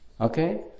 Okay